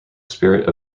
spirit